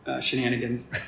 shenanigans